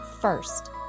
first